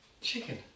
Chicken